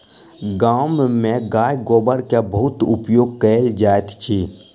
गाम में गाय गोबर के बहुत उपयोग कयल जाइत अछि